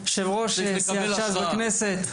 יושבת-ראש סיעת ש"ס בכנסת,